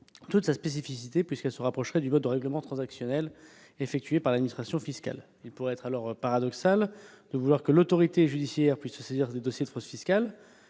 toute sa spécificité, puisqu'elle se rapprocherait du mode de règlement transactionnel effectué par l'administration fiscale. Il pourrait être alors paradoxal de vouloir que l'autorité judiciaire puisse se saisir du dossier de fraude fiscale